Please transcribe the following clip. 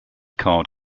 card